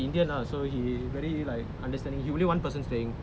indian lah so he very like understanding he only like one person staying